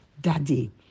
daddy